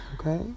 Okay